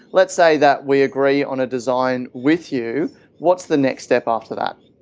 let's say that we agree on a design with you what's the next step after that?